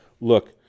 Look